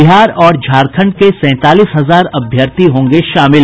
बिहार और झारंखड के सैंतालीस हजार अभ्यर्थी होंगे शामिल